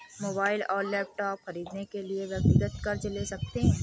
mobile और laptop खरीदने के लिए व्यक्तिगत कर्ज ले सकते है